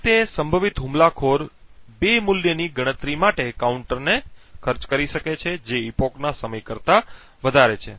આ રીતે સંભવિત હુમલાખોર 2 મૂલ્યની ગણતરી માટે કાઉન્ટરને ખર્ચ કરી શકે છે જે એપક ના સમય કરતા વધારે છે